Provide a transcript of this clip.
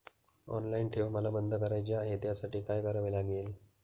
Online ठेव मला बंद करायची आहे, त्यासाठी काय करावे लागेल?